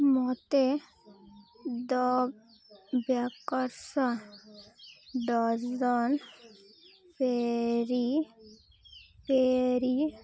ମୋତେ the bakers dozen peri peri crackers dozen peri peri